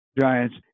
giants